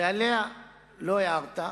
ועליה לא הערת,